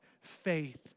Faith